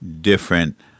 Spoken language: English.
different